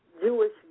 Jewish